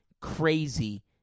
crazy